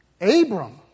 Abram